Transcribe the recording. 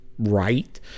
Right